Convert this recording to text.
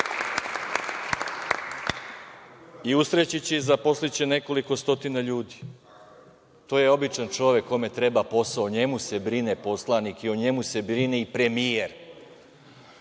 i usrećiće i zaposliće nekoliko stotina ljudi. To je običan čovek, kome treba posao, o njemu se brine poslanik i o njemu se brine i premijer. Slažem